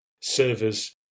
servers